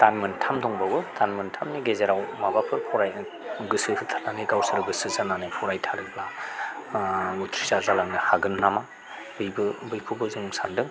दान मोनथाम दंबावो दान मोनथामनि गेजेराव माबाफोर फरायनो गोसो होथारनानै गावसोर गोसो जानानै फरायथारोब्ला उथ्रिसार जालांनो हागोन नामा बेबो बैखौबो जों सानदों